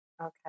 Okay